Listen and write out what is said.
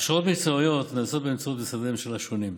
הכשרות מקצועיות נעשות באמצעות משרדי ממשלה שונים,